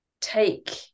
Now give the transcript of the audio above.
take